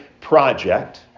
project